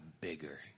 bigger